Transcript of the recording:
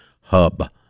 Hub